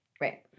Right